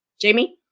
Jamie